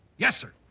yes, sir!